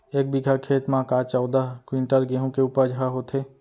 एक बीघा खेत म का चौदह क्विंटल गेहूँ के उपज ह होथे का?